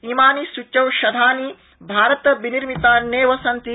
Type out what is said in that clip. इमानि सूच्यौधनानि भारतनिर्मितान्येव सन्ति